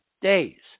days